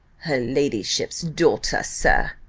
her ladyship's daughter, sir,